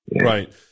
Right